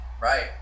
Right